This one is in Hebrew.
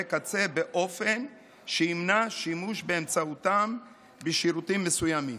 קצה באופן שימנע שימוש באמצעותם בשירותים מסוימים.